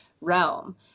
realm